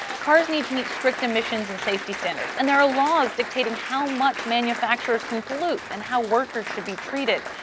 cars need to meet strict emissions and safety standards, and there are laws dictating how much manufacturers can pollute and how workers should be treated,